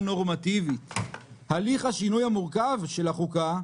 לא יתקיים כאן הליך של שינוי קבוע לחוקה במדינת ישראל.